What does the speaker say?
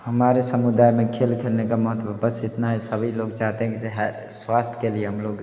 हमारे समुदाय में खेल खेलने का महत्व बस इतना है सभी लोग चाहते हैं कि जो है स्वास्थय के लिए हम लोग